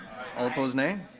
all opposed, nay.